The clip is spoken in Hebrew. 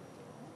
השר.